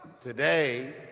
today